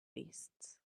beasts